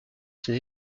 ses